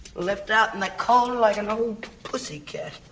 left out in the cold like an old pussycat